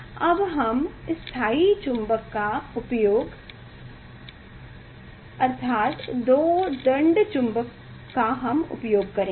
अब हम स्थायी चुंबक का उपयोग 2 दंड चुम्बक का हम उपयोग करेंगे